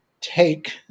take